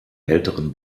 älteren